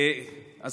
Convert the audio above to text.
תודה רבה.